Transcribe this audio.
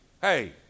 hey